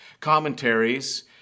commentaries